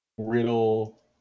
Riddle